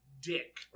dick